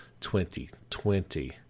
2020